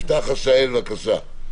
יפתח עשהאל, בבקשה.